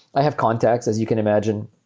i have contacts, as you can imagine,